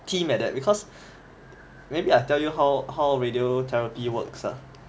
team like that because maybe I tell you how how radiotherapy works ah